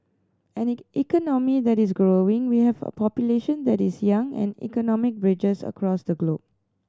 an economy that is growing we have a population that is young and economic bridges across the globe